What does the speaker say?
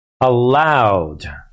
allowed